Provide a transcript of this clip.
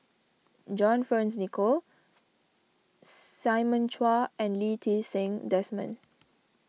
John Fearns Nicoll Simon Chua and Lee Ti Seng Desmond